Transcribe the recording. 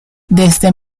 desde